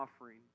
offering